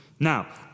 Now